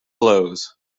blows